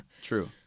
True